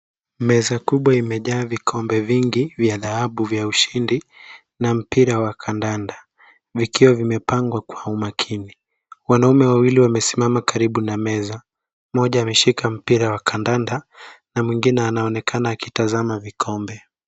Meza kubwa imejaa vikombe vingi vya dhahabu vya ushindi, na mpira wa kandanda, vikiwa vimepangwa kwa umakini. Wanaume wawili wamesimama karibu na meza. Mmoja ameshika mpira wa kandanda, na mwingine anaonekana akitazama vikombe.